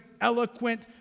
eloquent